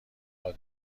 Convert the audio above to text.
وقوع